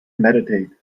meditate